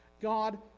God